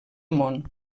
món